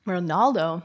Ronaldo